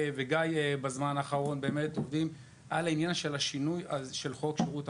ועובדים בזמן האחרון,